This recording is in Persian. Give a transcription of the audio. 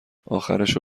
آخرشو